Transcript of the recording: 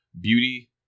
beauty